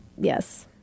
Yes